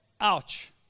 ouch